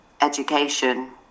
education